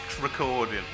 recording